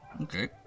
Okay